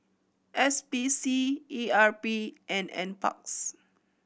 S P C E R P and Nparks